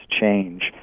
change